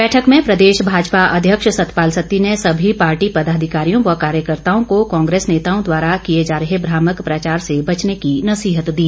बैठक में प्रदेश भाजपा अध्यक्ष सतपाल सत्ती ने सभी पार्टी पदाधिकारियों व कार्यकर्ताओं को कांग्रेस नेताओं द्वारा किए जा रही भ्रामक प्रचार से बचने की नसीहत दी